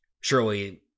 surely